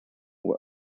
were